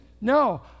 No